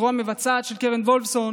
הזרוע המבצעת של קרן וולפסון,